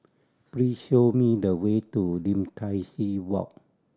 please show me the way to Lim Tai See Walk